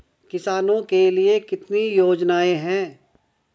किसानों के लिए कितनी योजनाएं हैं?